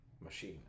machine